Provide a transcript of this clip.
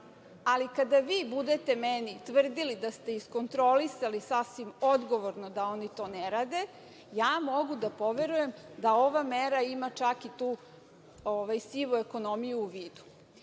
ali kada vi meni budete tvrdili da ste iskontrolisali sasvim odgovorno da oni to ne rade, ja mogu da poverujem da ova mera ima čak i tu sivu ekonomiju u vidu. Što